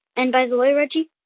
and, by the way, reggie,